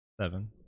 Seven